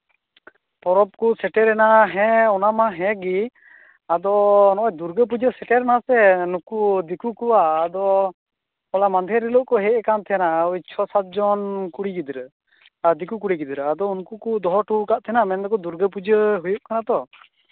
ᱯᱚᱨᱚᱵᱽ ᱠᱚ ᱥᱮᱴᱮᱨᱮᱱᱟ ᱚᱱᱟ ᱢᱟ ᱦᱮᱸ ᱜᱮ ᱟᱫᱚ ᱱᱚᱜᱼᱚᱭ ᱫᱩᱨᱜᱟᱹᱯᱩᱡᱟᱹ ᱥᱮᱴᱮᱨᱮᱱᱟ ᱥᱮ ᱱᱩᱠᱩ ᱫᱤᱠᱩ ᱠᱚᱣᱟᱜ ᱟᱫᱚ ᱢᱟᱦᱫᱮᱨ ᱦᱤᱞᱳᱜ ᱠᱚ ᱦᱮᱡ ᱠᱟᱱ ᱛᱟᱦᱮ ᱪᱷᱚ ᱥᱟᱛ ᱡᱚᱱ ᱠᱩᱲᱤ ᱜᱤᱫᱽᱨᱟᱹ ᱫᱤᱠᱩ ᱠᱩᱲᱤ ᱜᱤᱫᱽᱨᱟᱹ ᱩᱱᱠᱩ ᱠᱚ ᱫᱚᱦᱚ ᱦᱚᱴᱚ ᱠᱟᱜ ᱛᱟᱦᱮᱱᱟ ᱢᱮᱱᱫᱟᱠᱚ ᱫᱩᱨᱜᱟᱹ ᱯᱩᱡᱟᱹ ᱦᱩᱭᱩᱜ ᱠᱟᱱ ᱛᱟᱦᱮᱜ ᱛᱚ